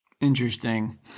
Interesting